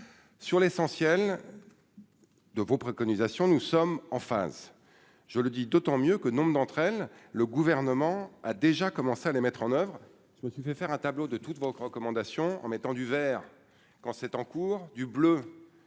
sur l'essentiel de vos préconisations, nous sommes en phase, je le dis d'autant mieux que nombre d'entre elles, le gouvernement a déjà commencé à les mettre en oeuvre, je me suis fait faire un tableau de toutes vos recommandations en mettant du verre quand c'est en cours, du bleu